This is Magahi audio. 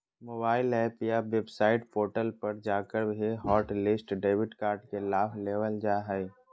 मोबाइल एप या वेबसाइट पोर्टल पर जाकर भी हॉटलिस्ट डेबिट कार्ड के लाभ लेबल जा हय